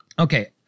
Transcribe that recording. Okay